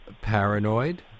Paranoid